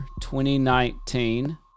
2019